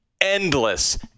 endless